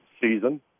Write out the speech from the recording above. season